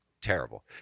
terrible